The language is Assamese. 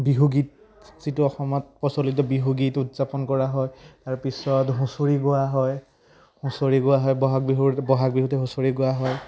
বিহুগীত যিটো অসমত প্ৰচলিত বিহুগীত উদযাপন কৰা হয় তাৰপিছত হুঁচৰি গোৱা হয় হুঁচৰি গোৱা হয় বহাগ বিহুৰ বহাগ বিহুতে হুঁচৰি গোৱা হয়